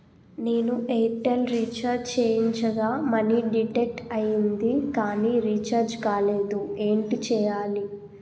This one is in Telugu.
నేను ఎయిర్ టెల్ రీఛార్జ్ చేయించగా మనీ డిడక్ట్ అయ్యింది కానీ రీఛార్జ్ కాలేదు ఏంటి చేయాలి?